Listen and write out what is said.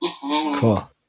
Cool